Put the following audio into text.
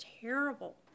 terrible